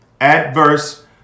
Adverse